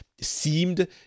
seemed